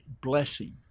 blessing